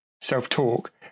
self-talk